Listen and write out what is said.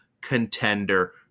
contender